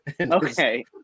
okay